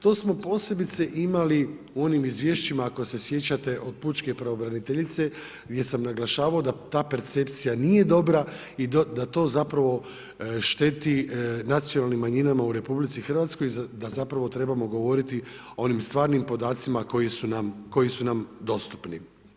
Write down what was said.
To smo posebice imali u onim izvješćima ako se sjećate od Pučke pravobraniteljice gdje sam naglašavao da ta percepcija nije dobra i da to zapravo šteti nacionalnim manjinama u RH i da zapravo trebamo govoriti o onim stvarnim podacima koji su nam dostupni.